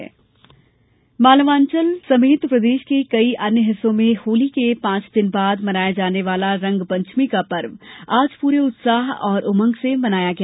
रंगपंचमी मालवा अंचल समेत प्रदेश के कई अन्य हिस्सों में होली के पांच दिन बाद मनाया जाने वाला रंगपंचमी का पर्व आज पूरे उत्साह और उमंग से मनाया गया